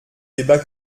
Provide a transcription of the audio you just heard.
débat